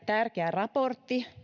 tärkeä raportti